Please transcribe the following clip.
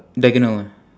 diagonal eh